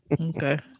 okay